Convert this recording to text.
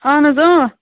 اَہَن حظ آ